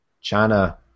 China